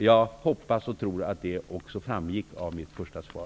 Jag hoppas och tror att det också framgick av mitt första svar.